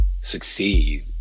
succeed